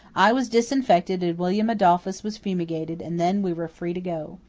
i was disinfected and william adolphus was fumigated, and then we were free to go.